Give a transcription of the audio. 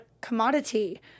commodity